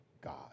God